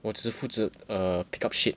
我只负责 err pick up shit